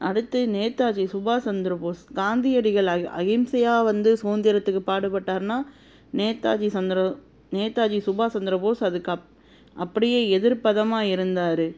அடுத்து நேதாஜி சுபாஷ் சந்திர போஸ் காந்தியடிகள் அகி அகிம்சையா வந்து சுகந்திரத்துக்கு பாடுப்பட்டாருன்னா நேதாஜி சந்திர நேதாஜி சுபாஷ் சந்திர போஸ் அதுக்கு அப் அப்படியே எதிர் பதமா இருந்தார்